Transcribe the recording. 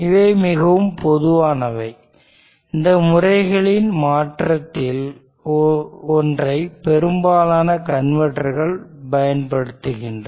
இவை மிகவும் பொதுவானவை இந்த முறைகளின் மாற்றத்தில் ஒன்றை பெரும்பாலான கன்வெர்ட்டர்கள் பயன்படுத்துகின்றன